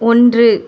ஒன்று